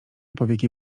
powieki